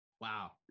Wow